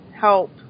help